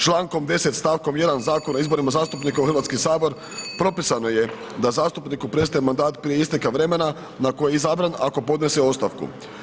Člankom 10. stavkom 1. Zakona o izborima zastupnika u Hrvatski sabor propisano je da zastupniku prestaje mandat prije isteka vremena na koji je izabran ako podnese ostavku.